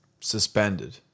suspended